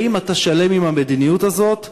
האם אתה שלם עם המדיניות הזאת?